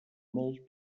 molt